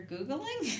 Googling